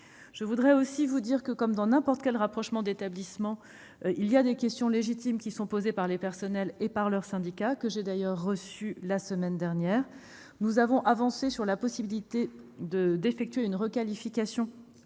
sa budgétisation. Comme dans n'importe quel rapprochement d'établissements, des questions légitimes sont posées par les personnels et leurs syndicats, que j'ai d'ailleurs reçus la semaine dernière. Nous avons avancé sur la possibilité d'effectuer une requalification